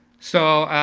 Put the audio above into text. so,